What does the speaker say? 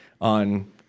on